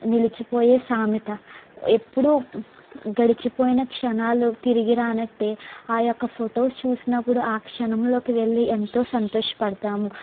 నిలిచిపోయే సామెత ఎప్పుడూ గడిచిపోయిన క్షణాలు తిరిగి రానట్లే ఆ యొక్క ఫొటోస్ చూసినప్పుడు ఆ క్షణంలోకి వెళ్ళి ఎంతో సంతోషపడతాము